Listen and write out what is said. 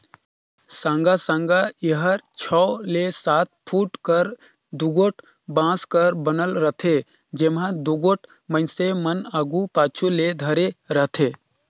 साँगा साँगा एहर छव ले सात फुट कर दुगोट बांस कर बनल रहथे, जेम्हा दुगोट मइनसे मन आघु पाछू ले धरे रहथे